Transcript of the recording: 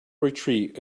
retreat